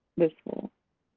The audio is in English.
this fall.